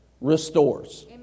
restores